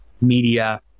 media